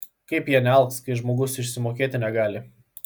kaip jie nealks kai žmogus išsimokėti negali